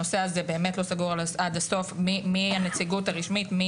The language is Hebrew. הנושא הזה באמת לא סגור עד הסוף מי הנציגות הרשמית.